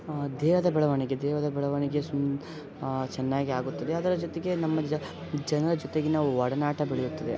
ದೇಹದ ಬೆಳವಣಿಗೆ ದೇಹದ ಬೆಳವಣಿಗೆ ಸುಮ್ ಚೆನ್ನಾಗಿ ಆಗುತ್ತದೆ ಅದರ ಜೊತೆಗೆ ನಮ್ಮ ಜನರ ಜೊತೆಗಿನ ಒಡನಾಟ ಬೆಳೆಯುತ್ತದೆ